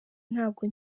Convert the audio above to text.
ntabwo